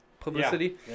Publicity